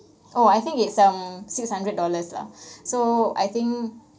oh I think it's um six hundred dollars lah so I think